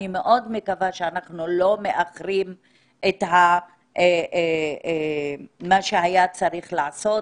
אני מאוד מקווה שאנחנו לא מאחרים את מה שהיה צריך לעשות